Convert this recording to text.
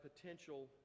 potential